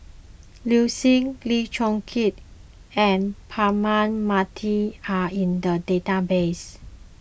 Liu Si Lim Chong Keat and Braema Mathi are in the database